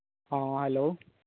ᱦᱚᱸ ᱦᱮᱞᱳ